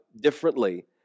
differently